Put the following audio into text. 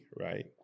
right